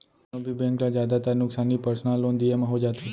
कोनों भी बेंक ल जादातर नुकसानी पर्सनल लोन दिये म हो जाथे